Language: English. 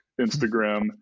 Instagram